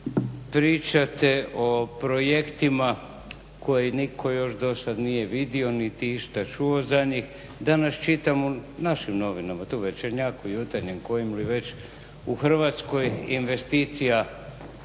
pričate o projektima koje nitko još do sada nije vidio niti išta čuo za njih. Danas, čitamo, u našim novinama, tu u Večernjaku, Jutarnjem kojem li već u Hrvatskoj investicija